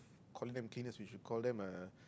calling them cleaners we should call them uh